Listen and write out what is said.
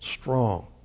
strong